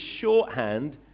shorthand